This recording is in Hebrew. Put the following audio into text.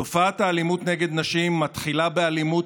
תופעת האלימות נגד נשים מתחילה באלימות,